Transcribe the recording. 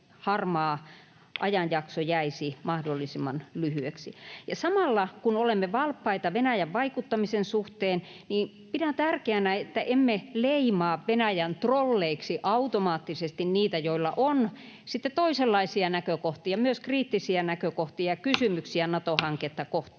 ajanjakso jäisi mahdollisimman lyhyeksi. Samalla kun olemme valppaita Venäjän vaikuttamisen suhteen, pidän tärkeänä, että emme leimaa automaattisesti Venäjän trolleiksi niitä, joilla on toisenlaisia näkökohtia, myös kriittisiä näkökohtia ja kysymyksiä Nato-hanketta kohtaan.